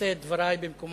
נושא את דברי במקום